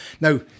now